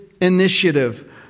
initiative